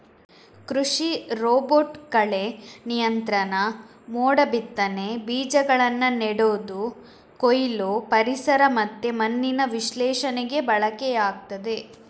ಕೃಷಿ ರೋಬೋಟ್ ಕಳೆ ನಿಯಂತ್ರಣ, ಮೋಡ ಬಿತ್ತನೆ, ಬೀಜಗಳನ್ನ ನೆಡುದು, ಕೊಯ್ಲು, ಪರಿಸರ ಮತ್ತೆ ಮಣ್ಣಿನ ವಿಶ್ಲೇಷಣೆಗೆ ಬಳಕೆಯಾಗ್ತದೆ